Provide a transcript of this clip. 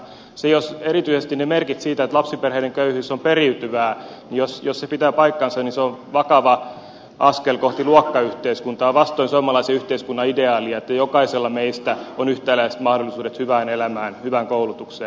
jos erityisesti merkit siitä että lapsiperheiden köyhyys on periytyvää pitävät paikkansa niin se on vakava askel kohti luokkayhteiskuntaa vastoin suomalaisen yhteiskunnan ideaalia että jokaisella meistä on yhtäläiset mahdollisuudet hyvään elämään hyvään koulutukseen